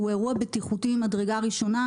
והוא אירוע בטיחותי ממדרגה ראשונה,